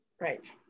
right